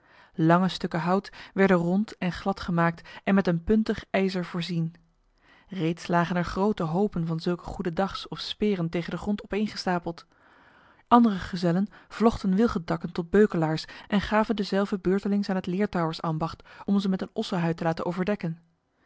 lange stukken hout werden rond en glad gemaakt en met een puntig ijzer voorzien reeds lagen er grote hopen van zulke goedendags of speren tegen de grond opeengestapeld andere gezellen vlochten wilgentakken tot beukelaars en gaven dezelve beurtelings aan het leertouwersambacht om ze met een ossenhuid te laten overdekken